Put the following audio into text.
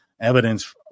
evidence